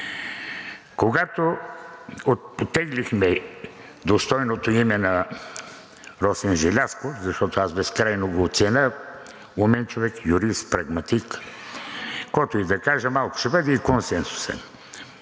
Когато оттеглихме достойното име на Росен Желязков, защото аз безкрайно го ценя, учен човек, юрист, прагматик, каквото и да кажа, малко ще бъде, и консенсусен.